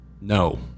No